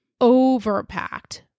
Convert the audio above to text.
overpacked